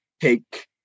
take